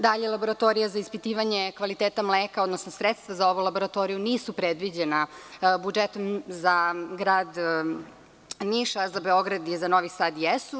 Dalje, laboratorija za ispitivanje kvaliteta mleka, odnosno sredstva za ovu laboratoriju nisu predviđena budžetom za Grad Niš, a za Beograd i za Novi Sad jesu.